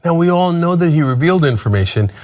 and we all know that he revealed information.